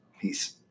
Peace